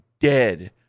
dead